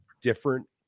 different